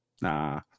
Nah